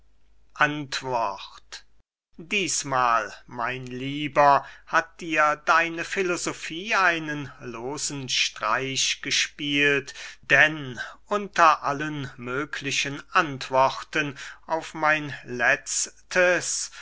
dießmahl mein lieber hat dir deine filosofie einen losen streich gespielt denn unter allen möglichen antworten auf mein letztes